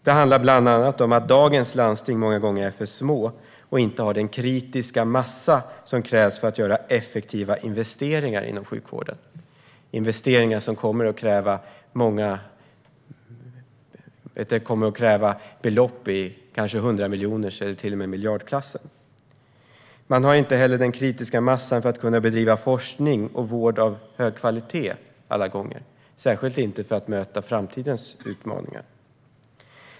Det handlar bland annat om att dagens landsting många gånger är för små och inte har den kritiska massa som krävs för effektiva investeringar inom sjukvården - investeringar som kommer att kräva belopp i kanske hundramiljoners eller till och med miljardklassen. De har inte heller alla gånger den kritiska massan för att kunna bedriva forskning och vård av hög kvalitet, särskilt inte för att möta framtidens utmaningar.